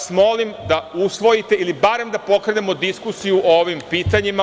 Molim da usvojite, ili barem da pokrenemo diskusiju o ovim pitanjima.